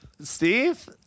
Steve